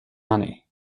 money